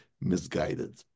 misguided